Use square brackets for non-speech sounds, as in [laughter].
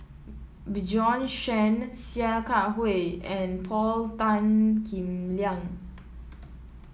Bjorn Shen Sia Kah Hui and Paul Tan Kim Liang [noise]